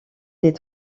des